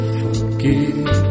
forgive